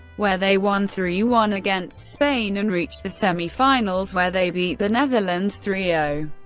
where they won three one against spain, and reached the semi-finals, where they beat the netherlands three zero.